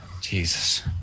Jesus